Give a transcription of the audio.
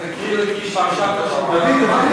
תקריא פרשת השבוע.